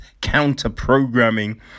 counter-programming